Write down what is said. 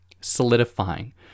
solidifying